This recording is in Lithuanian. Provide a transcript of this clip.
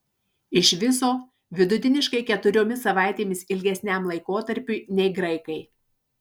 iš viso vidutiniškai keturiomis savaitėmis ilgesniam laikotarpiui nei graikai